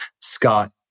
Scott